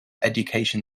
education